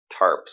tarps